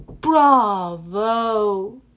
Bravo